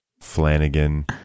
Flanagan